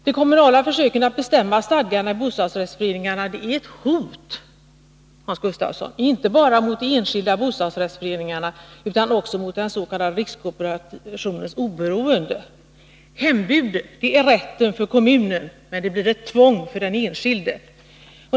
De kommunala försöken att bestämma stadgarna i bostadsrättsföreningarna innebär ett hot, Hans Gustafsson, inte bara mot de enskilda bostadsrättsföreningarna utan också mot den s.k. rikskooperationens oberoende. Hembudet är rätten för kommunen, men blir ett tvång för den enskilde.